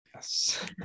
Yes